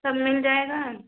सब मिल जाएगा